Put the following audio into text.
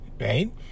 right